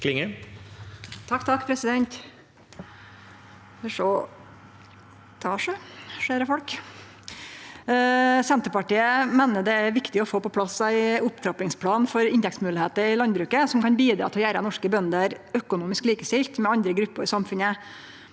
(Sp) Senterpartiet meiner det er viktig å få på plass ein opptrappingsplan for inntektsmoglegheiter i landbruket som kan bidra til å gjere norske bønder økonomisk likestilte med andre grupper i samfunnet.